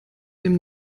dem